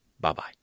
Bye-bye